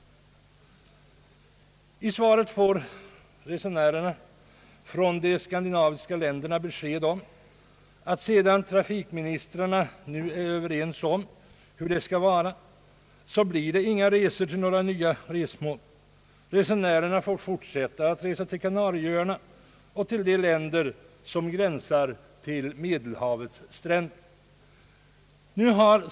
I detta svar får resenärerna från de skandinaviska länderna besked om att sedan trafikministrarna nu enats om hur det skall vara så kommer det inte att bli några resor till nya resmål. Resenärerna får fortsätta att resa till Kanarieöarna och till länderna kring Medelhavet.